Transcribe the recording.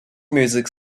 music